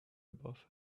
above